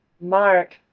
Mark